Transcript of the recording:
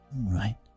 Right